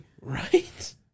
Right